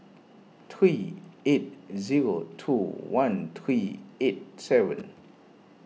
three eight zero two one three eight seven